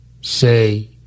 say